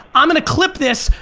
i'm gonna clip this,